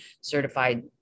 certified